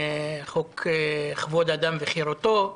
חוק כבוד האדם וחירותו.